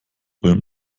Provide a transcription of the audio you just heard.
ulm